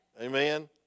Amen